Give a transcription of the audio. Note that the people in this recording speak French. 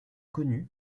connu